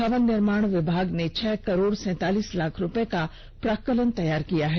भवन निर्माण विभाग ने छह करोड़ सैंतालिस लाख रूपये का प्राक्कलन तैयार किया है